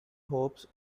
hopes